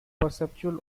perceptual